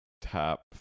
tap